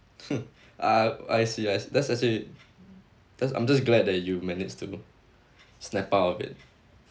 I I see I see that's actually that's I'm just glad that you managed to snap out of it